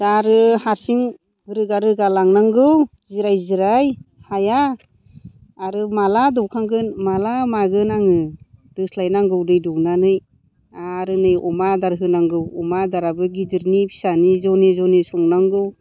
दा आरो हारसिं रोगा रोगा लांनांगौ जिराय जिराय हाया आरो माला दौखांगोन माला मागोन आङो दोस्लायनांगौ दै दौनानै आरो नै अमा आदार होनांगौ अमा आदाराबो गिदिरनि फिसानि जनै जनै संनांगौ